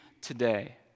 today